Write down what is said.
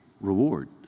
reward